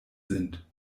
sind